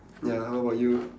ya how about you